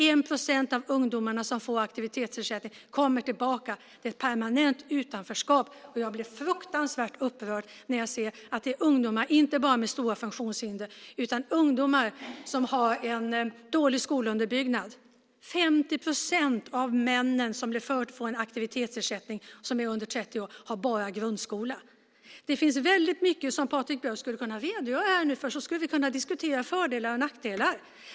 1 procent av de ungdomar som får aktivitetsersättning kommer tillbaka. Det är ett permanent utanförskap. Jag blir fruktansvärt upprörd när jag ser att det inte bara är ungdomar med stora funktionshinder utan ungdomar som har en dålig skolunderbyggnad. 50 procent av männen under 30 år som får en aktivitetsersättning har bara grundskola. Det finns väldigt mycket som Patrik Björck skulle kunna redogöra för här nu. Då skulle vi kunna diskutera fördelar och nackdelar.